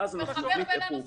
אז אנחנו נחליט איך הוא יוחל.